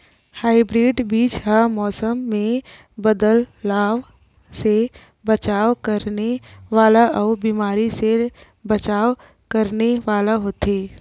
hybrid बीज हा मौसम मे बदलाव से बचाव करने वाला अउ बीमारी से बचाव करने वाला होथे